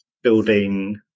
building